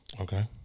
Okay